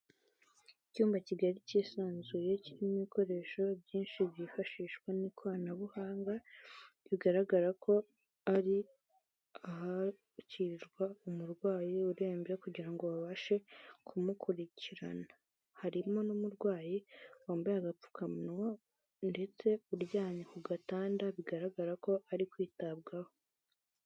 Icyumba kigari cyisanzuye, kirimo ibikoresho byinshi byifashishwa n'ikoranabuhanga, bigaragara ko ari ahakirirwa umurwayi urembye, kugira ngo babashe kumukurikirana. Harimo n'umurwayi wambaye agapfukamunwa, ndetse uryamye ku gatanda, bigaragara ko ari kwitabwaho.